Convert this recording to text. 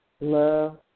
love